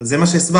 זה מה שהסברתי.